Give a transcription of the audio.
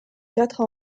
quatre